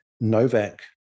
Novak